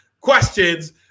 questions